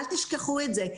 אל תשכחו את זה,